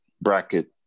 bracket